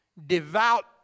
Devout